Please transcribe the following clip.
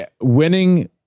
winning